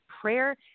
prayer